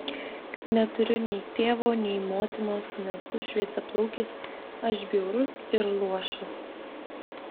neturiu nei tėvo nei motinos nesu šviesiaplaukis aš bjaurus ir luošas